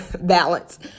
balance